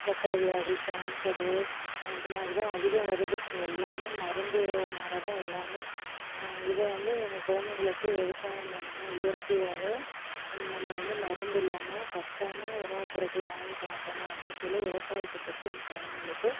சக்கரை வியாதி கேன்சர் இந்தமாதிரி தான் அதிகம் வருது எல்லாமே மருந்துனால தான் எல்லாமே இதை வந்து எங்க குழந்தைங்களுக்கு விவசாயம் பண்ணணும் இயற்கையாகவே நம்ம வந்து மருந்து இல்லாமல் சத்தான உணவு பொருட்களை வாங்கி சாப்புடன்னும் அப்படினு சொல்லி விவசாயத்த பற்றி என் குழந்தைங்களுக்கு